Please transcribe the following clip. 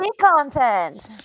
content